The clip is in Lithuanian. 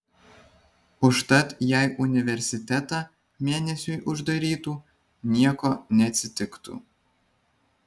užtat jei universitetą mėnesiui uždarytų nieko neatsitiktų